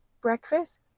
breakfast